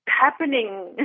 happening